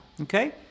okay